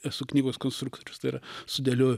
esu knygos konstruktorius tai ir sudėlioju